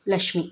Lakshmi